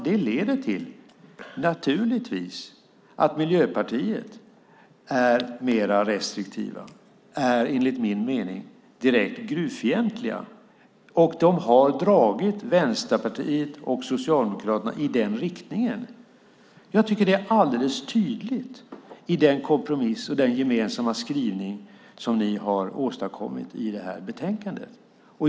Det leder naturligtvis till att Miljöpartiet är mer restriktivt, är enligt min mening direkt gruvfientligt. Miljöpartiet har dragit Vänsterpartiet och Socialdemokraterna i den riktningen. Jag tycker att det är alldeles tydligt i den gemensamma skrivning som ni har åstadkommit i det här betänkandet.